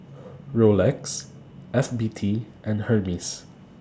Rolex FBT and Hermes